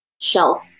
shelf